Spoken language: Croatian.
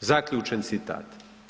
zaključen citat.